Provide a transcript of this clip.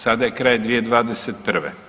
Sada je kraj 2021.